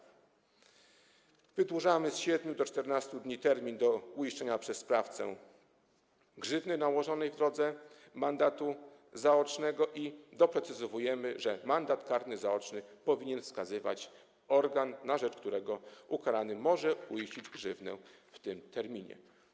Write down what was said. Wydłużamy z 7 do 14 dni termin na uiszczenie przez sprawcę grzywny nałożonej w drodze mandatu zaocznego i doprecyzowujemy, że mandat karny zaoczny powinien wskazywać organ, na rzecz którego ukarany może uiścić grzywnę w tym terminie.